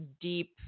deep